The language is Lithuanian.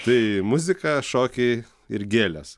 tai muzika šokiai ir gėlės